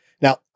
Now